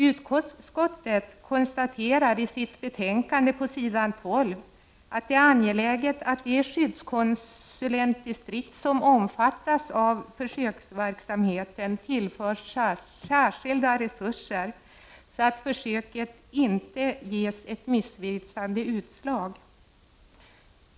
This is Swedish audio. Utskottet konstaterar i betänkandet på s. 12 att det är angeläget att de skyddskonsulentdistrikt som omfattas av försöksverksamheten tillförs särskilda resurser så att försöket inte ger ett missvisande resultat.